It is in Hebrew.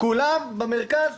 כולם במרכז?